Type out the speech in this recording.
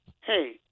Hey